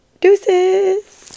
Deuces